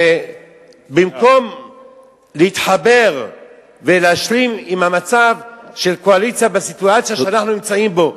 במקום להתחבר ולהשלים עם המצב של קואליציה בסיטואציה שאנחנו נמצאים בה,